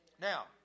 Now